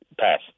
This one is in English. Pass